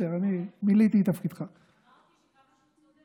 אמרתי כמה שהוא צודק.